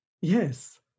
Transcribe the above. Yes